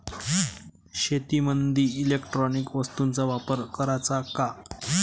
शेतीमंदी इलेक्ट्रॉनिक वस्तूचा वापर कराचा का?